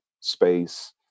space